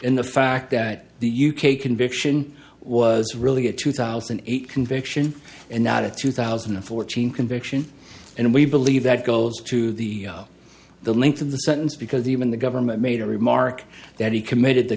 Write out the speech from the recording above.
and the fact that the u k conviction was really a two thousand and eight conviction and not a two thousand and fourteen conviction and we believe that goes to the the length of the sentence because even the government made a remark that he committed the